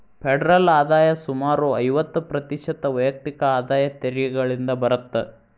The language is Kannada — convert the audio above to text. ಫೆಡರಲ್ ಆದಾಯ ಸುಮಾರು ಐವತ್ತ ಪ್ರತಿಶತ ವೈಯಕ್ತಿಕ ಆದಾಯ ತೆರಿಗೆಗಳಿಂದ ಬರತ್ತ